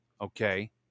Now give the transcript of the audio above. Okay